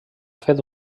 fet